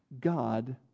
God